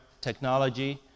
technology